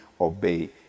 obey